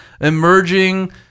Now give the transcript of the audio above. emerging